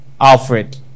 alfred